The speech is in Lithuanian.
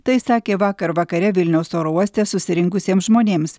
tai sakė vakar vakare vilniaus oro uoste susirinkusiem žmonėms